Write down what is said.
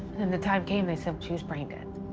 the time came, they said she was brain-dead.